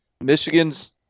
Michigan's